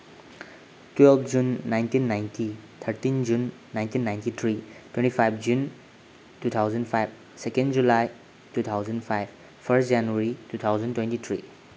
twelve June nineteen ninety thirteen June nineteen ninety three twenty five June two thousand five second July two thousand five first January two thousand twenty three